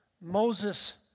Moses